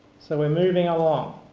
so we're moving along.